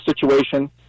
situation